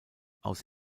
aus